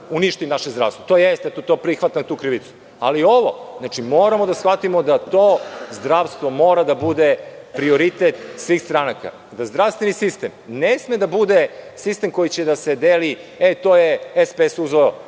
uništi naše zdravstvo. Prihvatam tu krivicu. Ali ovo, moramo da shvatimo da to zdravstvo mora da bude prioritet svih stranaka, da zdravstveni sistem ne sme da bude sistem koji će da se deli – to je SPS uzeo,